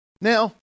Now